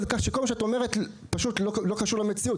כך שכל מה שאת אומרת פשוט לא קשור למציאות,